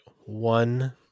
One